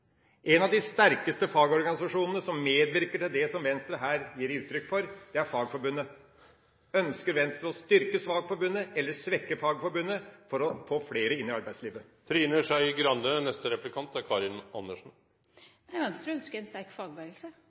En av de sterkeste fagorganisasjonene som medvirker til det som Venstre her gir uttrykk for, er Fagforbundet. Ønsker Venstre å styrke Fagforbundet eller svekke Fagforbundet, for å få flere inn i arbeidslivet? Venstre ønsker en sterk fagbevegelse